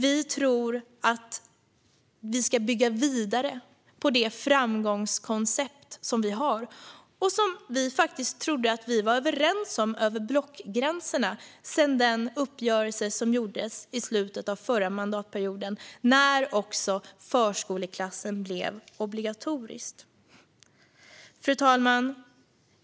Vi tror att vi ska bygga vidare på det framgångskoncept som vi har och som vi faktiskt trodde att vi var överens om över blockgränserna sedan den uppgörelse som träffades i slutet av den förra mandatperioden, när också förskoleklassen blev obligatorisk. Fru talman!